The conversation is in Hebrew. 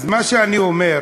אז מה שאני אומר,